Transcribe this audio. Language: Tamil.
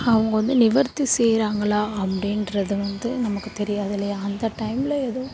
அவங்க வந்து நிவர்த்தி செய்கிறாங்களா அப்படின்றது வந்து நமக்கு தெரியாது இல்லையா அந்த டைமில் எதுவும்